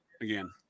again